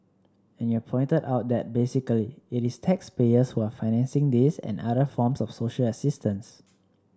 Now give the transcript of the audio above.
and you've pointed out that basically it is taxpayers who are financing this and other forms of social assistance